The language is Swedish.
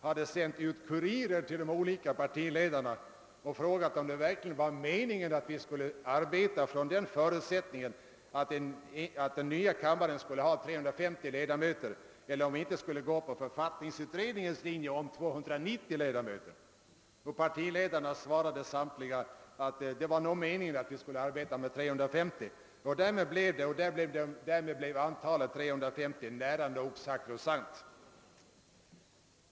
Vi sände ut kurirer till partiledarna och frågade om det verkligen var meningen att vi skulle arbeta från den förutsättningen att den nya kammaren skulle ha 350 ledamöter eller om vi inte skulle gå på författningsutredningens linje om 290 ledamöter. Samtliga partiledare svarade att det nog var meningen att vi skulle arbeta med 350. Därmed blev antalet 350 nära nog sakrosankt.